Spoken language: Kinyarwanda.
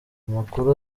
amakuru